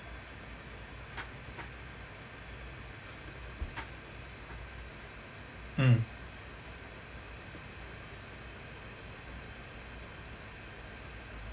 mm